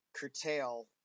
curtail